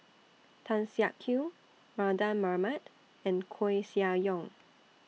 Tan Siak Kew Mardan Mamat and Koeh Sia Yong